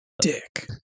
dick